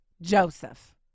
Joseph